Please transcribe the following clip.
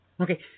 Okay